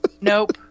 Nope